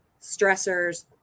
stressors